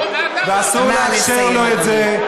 ואסור לאפשר לו את זה,